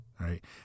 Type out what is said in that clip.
right